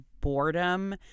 boredom